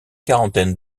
quarantaine